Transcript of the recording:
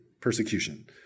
persecution